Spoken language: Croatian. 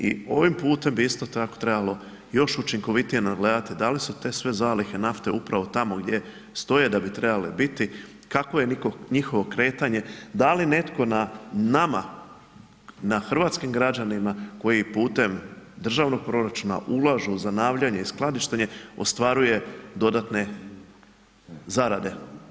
I ovim putem bi isto tako trebalo još učinkovitije nadgledati da li su te sve zalihe nafte upravo tamo gdje stoje da bi trebale biti, kako je njihovo kretanje, da li netko na nama na hrvatskim građanima koji putem državnog proračuna ulažu u zanavljanje i skladištenje ostvaruje dodatne zarade.